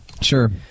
Sure